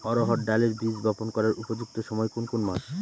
অড়হড় ডালের বীজ বপন করার উপযুক্ত সময় কোন কোন মাস?